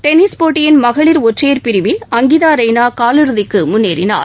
tennis போட்டியின் மகளிர் ஒற்றையர் பிரிவில் அங்கிதா ரெய்னா காலிறுதிக்கு முன்னேறினார்